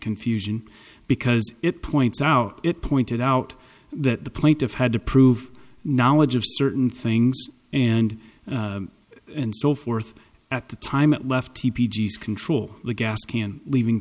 confusion because it points out it pointed out that the plaintiff had to prove knowledge of certain things and and so forth at the time left to control the gas can leaving